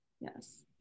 Yes